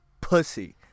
pussy